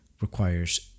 requires